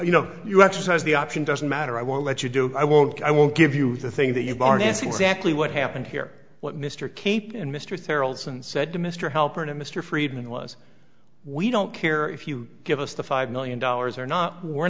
you know you exercise the option doesn't matter i won't let you do i won't i won't give you the thing that you barnett's exactly what happened here what mr cape and mr terrill isn't said to mr helper to mr friedman was we don't care if you give us the five million dollars or not we're